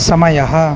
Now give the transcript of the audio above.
समयः